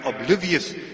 oblivious